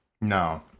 No